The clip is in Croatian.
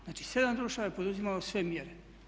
Znači 7 društava je poduzimalo sve mjere.